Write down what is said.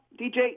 DJ